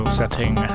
setting